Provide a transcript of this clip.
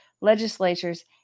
legislatures